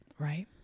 right